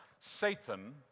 Satan